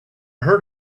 heard